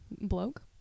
bloke